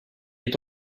est